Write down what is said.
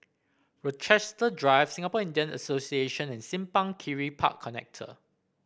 Rochester Drive Singapore Indian Association and Simpang Kiri Park Connector